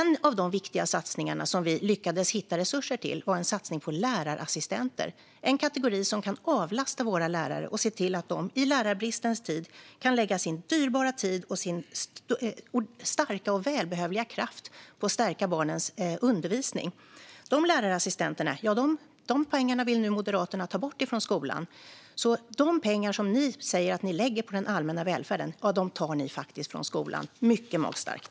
En av de viktiga satsningar som vi lyckades hitta resurser till var en satsning på lärarassistenter, en kategori som kan avlasta våra lärare och se till att de i lärarbristens tid kan lägga sin dyrbara tid och starka och välbehövliga kraft på att stärka barnens undervisning. Pengarna för dessa lärarassistenter vill nu Moderaterna ta bort från skolan. De pengar som ni säger att ni lägger på den allmänna välfärden tar ni alltså från skolan. Mycket magstarkt!